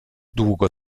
długo